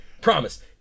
Promise